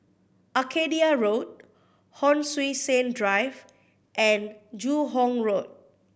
Arcadia Road Hon Sui Sen Drive and Joo Hong Road